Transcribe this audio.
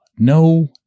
No